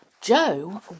Joe